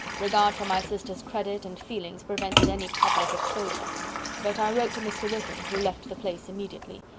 regard for my sister's credit and feelings prevented any public exposure but i wrote to mr. wickham, who left the place immediately,